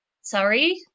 sorry